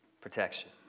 Protection